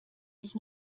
ich